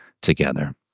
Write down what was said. together